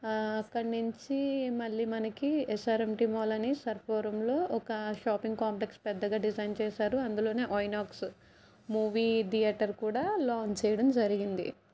అక్కడి నుంచి మళ్ళీ మనకి ఎస్ఆర్ఎంటి మాల్ అని సర్పవరంలో ఒక షాపింగ్ కాంప్లెక్స్ పెద్దగా డిజైన్ చేసారు అందులోనే ఐనాక్స్ మూవీ థియేటర్ కూడా లాంచ్ చేయడం జరిగింది